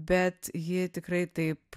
bet ji tikrai taip